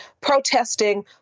protesting